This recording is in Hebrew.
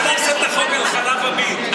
אל תעשה את החוק על חלב עמיד,